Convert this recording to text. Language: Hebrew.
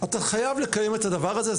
אתה חייב לקיים את הדבר הזה.